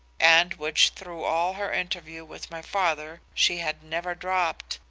and which through all her interview with my father she had never dropped,